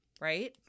right